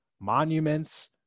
monuments